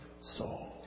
soul